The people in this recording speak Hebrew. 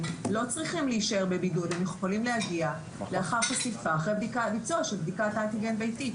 רק מי שמצוי כשיר בעידן הזה,